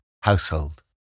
household